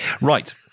right